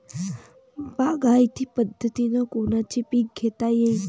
बागायती पद्धतीनं कोनचे पीक घेता येईन?